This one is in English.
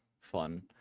fun